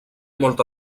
molta